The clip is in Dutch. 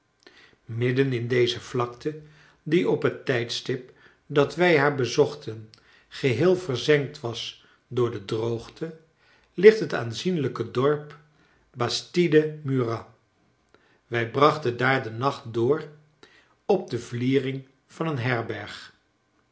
in deze vlakte die op het tijdstip dat wij haar bezochten geheel verzengd was door de droogte ligt het aanzienlijke dorp bastide murat wij brachten daar den nacht door op de vliering van een herberg